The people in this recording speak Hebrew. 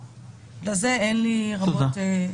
לזה אין לי רבות לתרום.